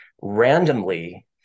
randomly